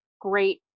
great